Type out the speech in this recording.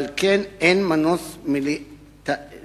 ועל כן אין מנוס מלקבוע